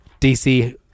DC